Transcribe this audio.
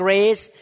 Grace